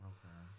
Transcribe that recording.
Okay